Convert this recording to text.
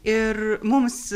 ir mums